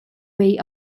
way